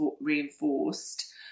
reinforced